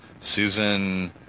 Susan